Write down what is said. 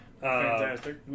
Fantastic